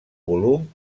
volum